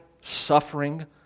suffering